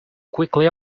quickly